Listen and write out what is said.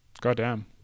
Goddamn